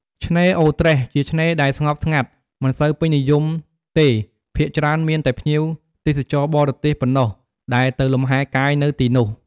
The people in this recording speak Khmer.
ឆ្នេរអូរត្រេស ជាឆ្នេរដែលស្ងប់ស្ងាត់ មិនសូវពេញនិយមទេភាគច្រើនមានតែភ្ញៀវទេសចរបរទេសប៉ុណ្ណោះដែលទៅលំហែកាយនៅទីនោះ។